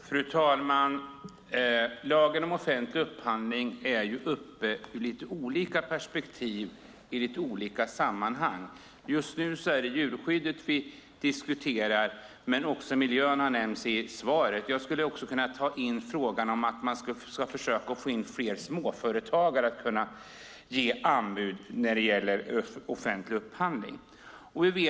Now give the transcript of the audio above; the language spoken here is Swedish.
Fru talman! Lagen om offentlig upphandling är uppe i lite olika perspektiv i lite olika sammanhang. Just nu är det djurskyddet vi diskuterar, men också miljön har nämnts i svaret. Jag skulle även kunna ta med frågan om att man ska försöka få fler småföretagare att kunna ge anbud i offentlig upphandling.